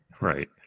Right